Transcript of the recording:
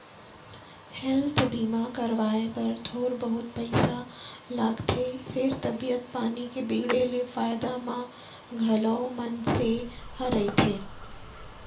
health बीमा करवाए बर थोर बहुत पइसा लागथे फेर तबीयत पानी के बिगड़े ले फायदा म घलौ मनसे ह रहिथे